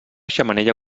xemeneia